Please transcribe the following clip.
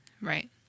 right